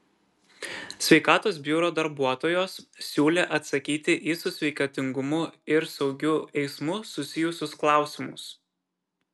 sveikatos biuro darbuotojos siūlė atsakyti į su sveikatingumu ir saugiu eismu susijusius klausimus